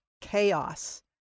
chaos